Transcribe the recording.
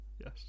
yes